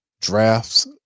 drafts